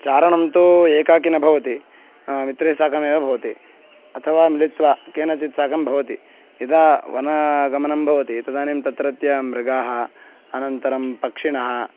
चारणं तु एकाकी न भवति मित्रैः साकमेव भवति अथवा मिलित्वा केनचित् साकं भवति यदा वनागमनं भवति तदानीं तत्रत्य मृगाः अनन्तरं पक्षिणः